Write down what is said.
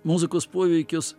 muzikos poveikis